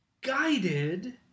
guided